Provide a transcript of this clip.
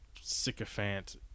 sycophant